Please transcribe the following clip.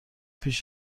پیش